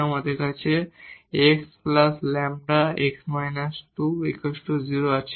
আমাদের xλ x − 2 0 আছে